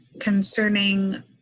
concerning